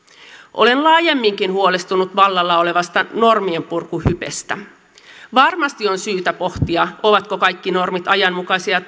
olen laajemminkin huolestunut vallalla olevasta normien purku hypestä varmasti on syytä pohtia ovatko kaikki normit ajanmukaisia